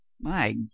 My